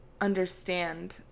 understand